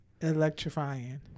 Electrifying